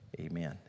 amen